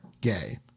gay